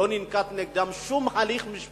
לא ננקט נגדם שום הליך משמעתי.